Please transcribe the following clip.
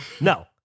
No